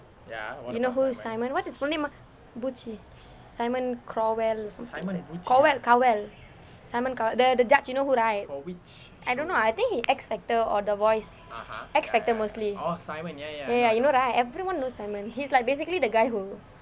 you know who is simon what's his full name ah போச்சு:pochu simon cowell or something cowell cowell simon cowell the judge you know who right I don't know I think it's x-factor or the voice x-factor mostly ya ya you know right everyone knows simon he's like basically the guy who